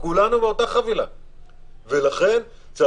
כולנו באותה חבילה,